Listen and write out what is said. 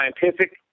scientific